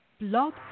blog